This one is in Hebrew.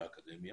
מהאקדמיה,